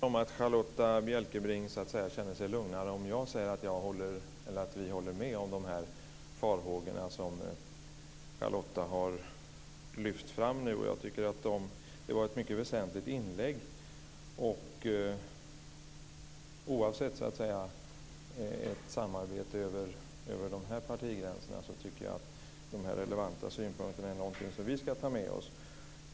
Fru talman! Jag har väl inga illusioner om att Charlotta Bjälkebring känner sig lugnare om jag säger att vi håller med om de farhågor som hon har lyft fram. Jag tycker att det var ett mycket väsentligt inlägg. Oavsett ert samarbete över partigränserna tycker jag att de här relevanta synpunkterna är någonting som vi ska ta med oss.